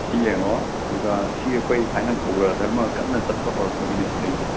ꯁꯤ ꯌꯦꯡꯉꯣ ꯑꯗꯨꯒ ꯁꯤ ꯑꯩꯈꯣꯏ ꯊꯥꯏꯅ ꯒꯧꯔ ꯙꯔꯃ ꯀꯟꯅ ꯆꯠꯄ ꯍꯧꯔꯛꯄꯒꯤꯅꯦ ꯁꯤꯗꯩꯁꯦ